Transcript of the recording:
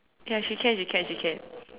ya she can she can she can